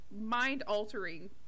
mind-altering